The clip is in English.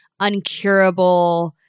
uncurable